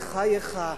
בחייך,